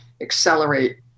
accelerate